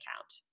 account